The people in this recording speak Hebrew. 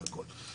בכול.